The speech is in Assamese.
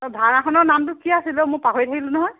অ' ভাওনাখনৰ নামটো কি আছিল অ' মই পাহৰি থাকিলোঁ নহয়